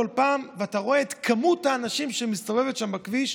בכל פעם שאתה רואה את מספר האנשים שמסתובבים שם בכביש,